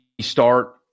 start